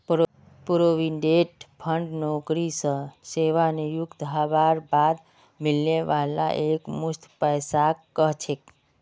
provident fund नौकरी स सेवानृवित हबार बाद मिलने वाला एकमुश्त पैसाक कह छेक